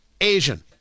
Asian